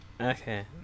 Okay